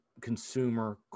consumer